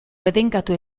bedeinkatu